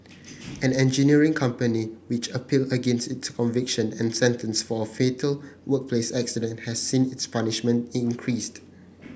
an engineering company which appealed against its conviction and sentence for a fatal workplace accident has seen its punishment increased